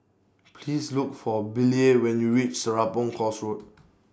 Please Look For Billye when YOU REACH Serapong Course Road